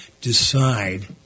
decide